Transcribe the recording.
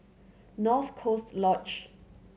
North Coast Lodge